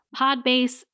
podbase